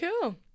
cool